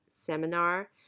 Seminar